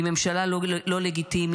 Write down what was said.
היא ממשלה לא לגיטימית.